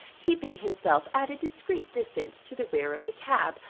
keeping himself at a discreet distance to the rear of the cab,